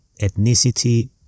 ethnicity